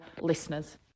listeners